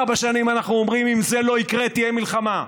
ארבע שנים אנחנו אומרים: אם זה לא יקרה תהיה מלחמה,